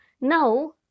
Now